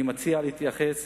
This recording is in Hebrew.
אני מציע להתייחס